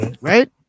Right